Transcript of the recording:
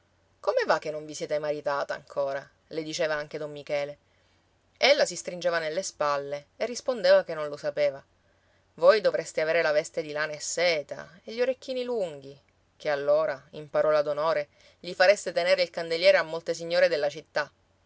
come va che non vi siete maritata ancora le diceva anche don michele ella si stringeva nelle spalle e rispondeva che non lo sapeva voi dovreste avere la veste di lana e seta e gli orecchini lunghi ché allora in parola d'onore gli fareste tenere il candeliere a molte signore della città